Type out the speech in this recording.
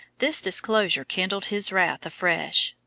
this disclosure kindled his wrath afresh.